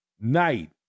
night